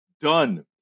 done